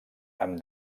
amb